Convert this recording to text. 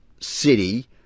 city